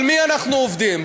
על מי אנחנו עובדים?